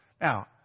Now